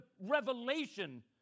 revelation